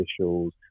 officials